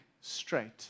straight